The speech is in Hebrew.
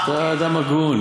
אתה אדם הגון.